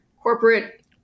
corporate